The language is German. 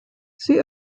sie